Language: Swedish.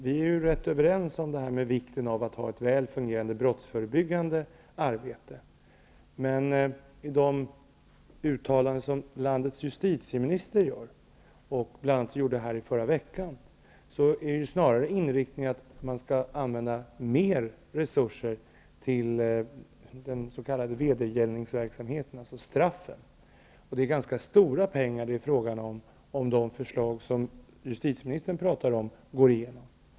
Vi är ju ganska överens om vikten av att bedriva ett väl fungerande brottsförebyggande arbete, men enligt de uttalanden som landets justitieminister gör och bl.a. gjorde i förra veckan är inriktningen snarare att man skall använda mer resurser till den s.k. vedergällningsverksamheten, dvs. till verkställande av straffen. Det är fråga om ganska stora pengar, om de förslag som justitieministern talade om går igenom.